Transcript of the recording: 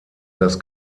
das